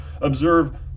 observe